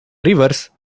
reverse